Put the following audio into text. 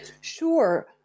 Sure